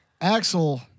Axel